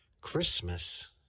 Christmas